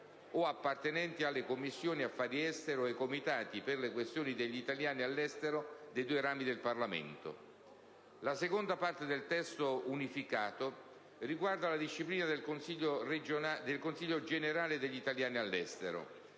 o appartenenti alle Commissioni affari esteri o ai Comitati per le questioni degli italiani all'estero dei due rami del Parlamento. La seconda parte del testo unificato riguarda la disciplina del Consiglio generale degli italiani all'estero.